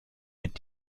mit